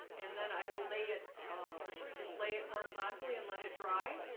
and then i will lay it um, just lay it horizontally and let it dry.